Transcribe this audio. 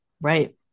Right